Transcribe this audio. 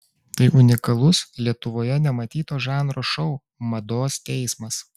tai unikalus lietuvoje nematyto žanro šou mados teismas